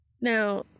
Now